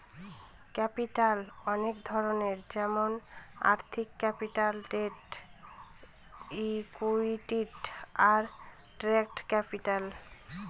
capital অনেক ধরনের যেমন আর্থিক ক্যাপিটাল, ডেট, ইকুইটি, আর ট্রেডিং ক্যাপিটাল